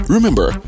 Remember